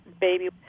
baby